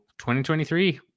2023